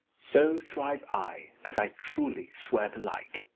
so thrive i, as i truly swear the like!